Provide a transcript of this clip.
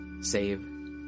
save